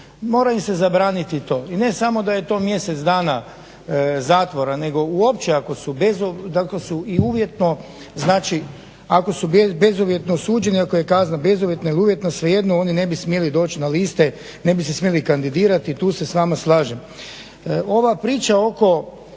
mora im se zabraniti to i ne samo da je to samo mjesec dana zatvora nego uopće ako su i uvjetno, znači ako su bezuvjetno osuđeni, ako je kazna bezuvjetna ili uvjetna svejedno oni ne bi smjeli doći na liste, ne bi se smjeli kandidirati, tu se s vama slažem. Ova priča oko